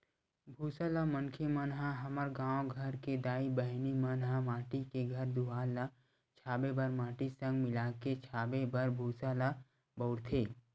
भूसा ल मनखे मन ह हमर गाँव घर के दाई बहिनी मन ह माटी के घर दुवार ल छाबे बर माटी संग मिलाके छाबे बर भूसा ल बउरथे